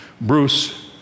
Bruce